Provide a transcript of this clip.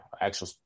actual